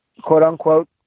quote-unquote